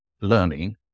learning